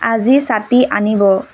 আজি ছাতি আনিব